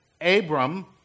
Abram